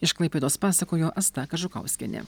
iš klaipėdos pasakojo asta kažukauskienė